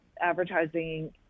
advertising